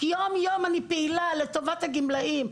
יום יום אני פעילה לטובת הגמלאים,